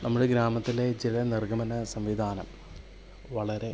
നമ്മുടെ ഗ്രാമത്തിലെ ചില നിർഗ്ഗമന സംവിധാനം വളരെ